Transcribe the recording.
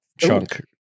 Chunk